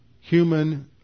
human